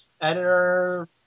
Editor